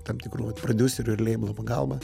tam tikrų vat prodiuserių ir leiblo pagalba